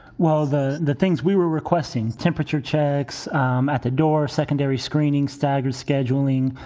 well, the the things we were requesting, temperature checks um at the door, secondary screening, staggered scheduling,